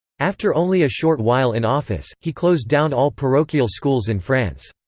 after only a short while in office, he closed down all parochial schools in france.